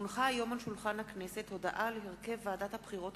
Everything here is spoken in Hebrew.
כי הונחה היום על שולחן הכנסת הודעה על הרכב ועדת הבחירות